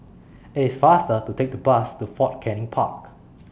IT IS faster to Take The Bus to Fort Canning Park